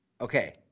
Okay